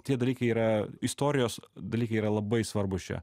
tie dalykai yra istorijos dalykai yra labai svarbūs čia